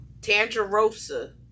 Tangerosa